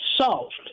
solved